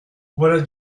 voilà